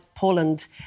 Poland